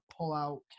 pullout